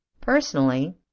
personally